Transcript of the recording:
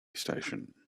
station